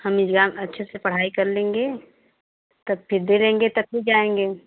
हम एग्जाम अच्छे से पढ़ाई कर लेंगे तब फिर दे लेंगे तब फिर जाएँगे